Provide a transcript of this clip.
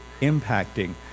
impacting